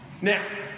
Now